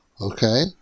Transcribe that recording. okay